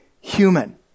human